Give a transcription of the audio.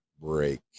break